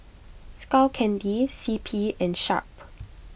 Skull Candy C P and Sharp